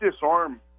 disarm